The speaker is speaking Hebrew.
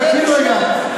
תקשיב רגע.